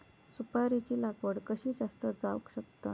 सुपारीची लागवड कशी जास्त जावक शकता?